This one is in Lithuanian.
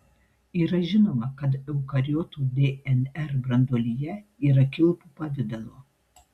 yra žinoma kad eukariotų dnr branduolyje yra kilpų pavidalo